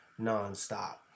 nonstop